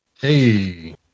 Hey